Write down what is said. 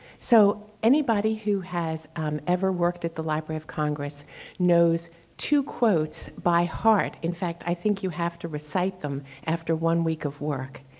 so anybody who has um ever worked at the library of congress knows two quotes by heart. in fact, i think you have to recite them after one week of work.